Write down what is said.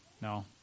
No